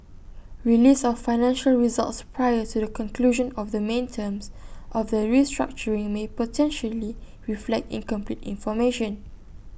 release of financial results prior to the conclusion of the main terms of the restructuring may potentially reflect incomplete information